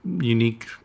unique